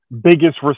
biggest